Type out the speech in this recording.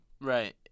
Right